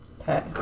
Okay